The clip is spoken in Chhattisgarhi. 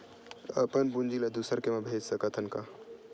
अपन पूंजी ला दुसर के मा भेज सकत हन का?